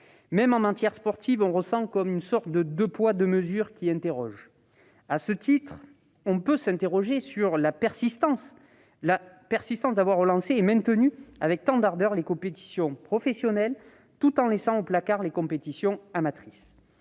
Même en matière sportive, on ressent une sorte de « deux poids, deux mesures » qui interroge. À ce titre, est-il pertinent d'avoir relancé et maintenu avec tant d'ardeur les compétitions professionnelles, tout en laissant au placard les compétitions amatrices